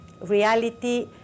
reality